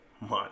month